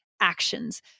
actions